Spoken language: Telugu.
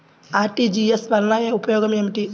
అర్.టీ.జీ.ఎస్ వలన ఉపయోగం ఏమిటీ?